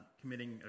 committing